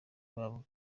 babo